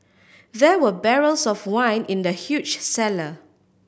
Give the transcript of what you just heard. there were barrels of wine in the huge cellar